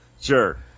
Sure